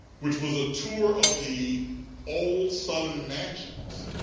which was a tour of the old southern mansions